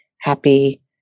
happy